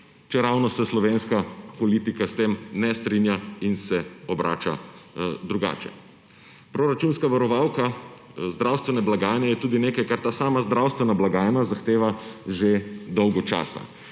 čeravno se slovenska politika s tem ne strinja in se obrača drugače. Proračunska varovalka zdravstvene blagajne je tudi nekaj, kar ta sama zdravstvena blagajna zahteva že dolgo časa.